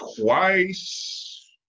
twice